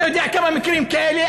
אתה יודע כמה מקרים כאלה,